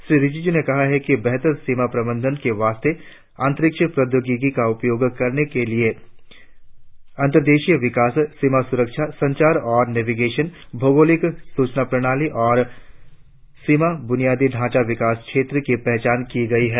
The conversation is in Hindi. श्री रिजिजू ने कहा कि बेहतर सीमा प्रबंधन के वास्ते अंतरिक्ष प्रौद्योगिकी का उपयोग करने के लिए अंतर्देशीय विकास सीमा सुरक्षा संचार और नेवीगेशन भौगोलिक सूचना प्रणाली और सीमा बुनियादी ढांचा विकास क्षेत्रों की पहचान की गई है